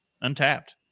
Untapped